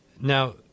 Now